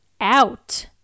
out